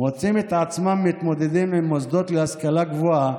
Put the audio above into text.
מוצאים את עצמם מתמודדים עם מוסדות להשכלה גבוהה